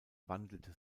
wandelte